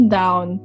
down